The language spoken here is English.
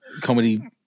comedy